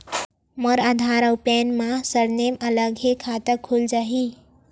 मोर आधार आऊ पैन मा सरनेम अलग हे खाता खुल जहीं?